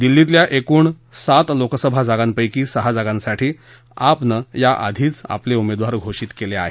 दिल्लीतल्या एकूण सात लोकसभा जागाप्रिकी सहा जागाच्यीठी आपन याआधीच आपले उमेदवार घोषीत केले आहेत